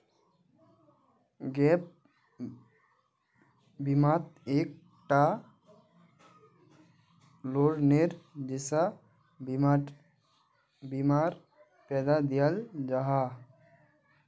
gap बिमात एक टा लोअनेर जैसा बीमार पैसा दियाल जाहा